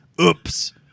Oops